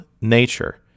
nature